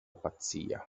pazzia